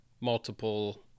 multiple